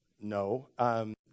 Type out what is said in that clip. No